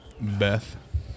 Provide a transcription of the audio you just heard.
Beth